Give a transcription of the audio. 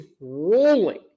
rolling